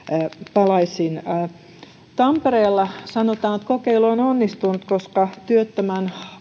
tampereella sanotaan että kokeilu on onnistunut koska työttömän